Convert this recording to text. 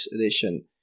edition